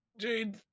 jade